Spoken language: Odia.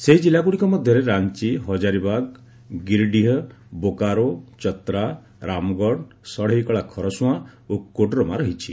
ସେହି ଜିଲ୍ଲାଗୁଡ଼ିକ ମଧ୍ୟରେ ରାଞ୍ଚି ହଜାରିବାଗ୍ ଗିରିଡି ବୋକାରୋ ଚତ୍ରା ରାମଗଡ଼ ଷଢ଼େଇକଳା ଖରସୁଆଁ ଓ କୋଡରମା ରହିଛି